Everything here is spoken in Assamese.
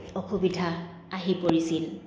অসুবিধা আহি পৰিছিল